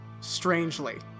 strangely